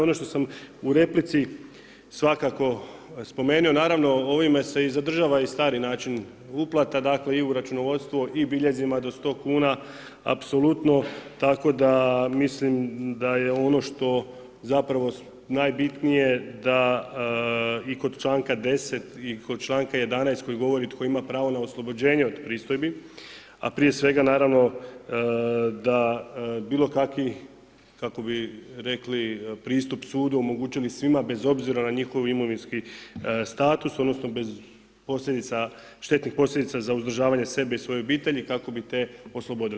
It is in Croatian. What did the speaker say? Ono što sam u replici svakako spomenuo, naravno ovime se i zadržava i stari način uplate, dakle i u računovodstvo, i biljezima do 100 kn apsolutno, tako da mislim da je ono što zapravo najbitnije da i kod članka 10. i kod članka 11. koji govori tko ima pravo na oslobođenje od pristojbi a prije svega naravno da bilokakvi kako bi rekli pristup sudu omogućili svima bez obzira na njihov imovinski status odnosno bez štetnih posljedica za uzdržavanje sebe i svoje obitelji, kako bi te oslobodili.